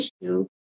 issue